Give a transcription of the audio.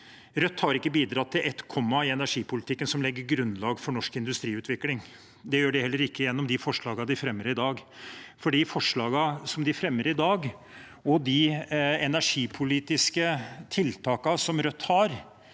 Rødt har ikke bidratt med så mye som et komma i energipolitikken som legger grunnlaget for norsk industriutvikling. Det gjør de heller ikke gjennom de forslagene de fremmer i dag. De forslagene de fremmer i dag, og de energipolitiske tiltakene Rødt har,